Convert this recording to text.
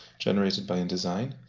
generated by indesign.